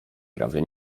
prawie